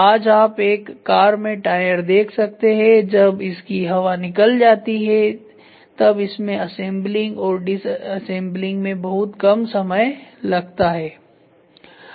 आज आप एक कार में टायर देख सकते हैं जब इसकी हवा निकल जाती है तब इसमें असेंबलिंग और डिसेसेंबलिंग में बहुत कम समय लगता है